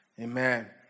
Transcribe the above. amen